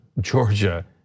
Georgia